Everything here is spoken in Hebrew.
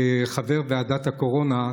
כחבר ועדת הקורונה,